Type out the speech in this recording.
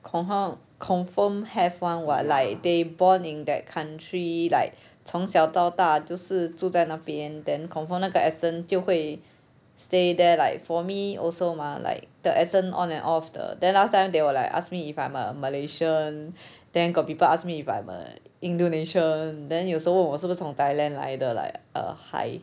confirm confirm have [one] what like they born in that country like 从小到大就是住在那边 then confirm 那个 accent 就会 stay there like for me also mah like the accent on and off 的 then last time they were like ask me if I'm a malaysian then got people ask me if I am a indonesian then 有时候问我是不是从 thailand 来的 like err hi